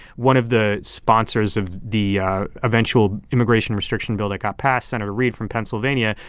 one of the sponsors of the eventual immigration restriction bill that got passed, senator reed from pennsylvania,